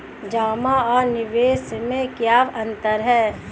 जमा और निवेश में क्या अंतर है?